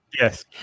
Yes